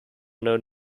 known